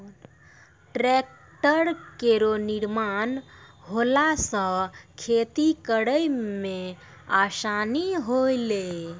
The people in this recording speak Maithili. ट्रेक्टर केरो निर्माण होला सँ खेती करै मे आसानी होलै